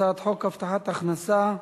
הצעת חוק הבטחת הכנסה (תיקון,